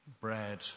bread